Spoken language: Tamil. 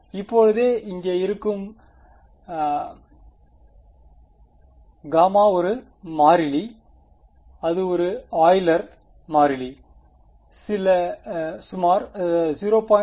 மாணவர் இப்போதே இங்கே இருக்கும் γ ஒரு மாறிலி அது ஒரு யூலர் மாறிலி சில சுமார் 0